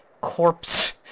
corpse